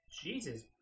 Jesus